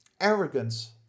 arrogance